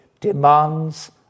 demands